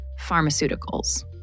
pharmaceuticals